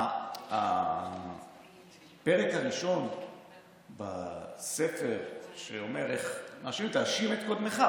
הפרק הראשון בספר אומר: תאשים את קודמך.